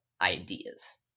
ideas